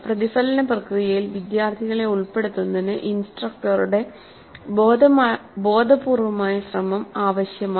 പ്രതിഫലന പ്രക്രിയയിൽ വിദ്യാർത്ഥികളെ ഉൾപ്പെടുത്തുന്നതിന് ഇൻസ്ട്രക്ടറുടെ ബോധപൂർവമായ ശ്രമം ആവശ്യമാണ്